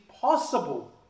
possible